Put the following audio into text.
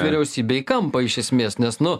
vyriausybę į kampą iš esmės nes nu